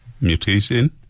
mutation